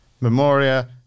memoria